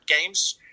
games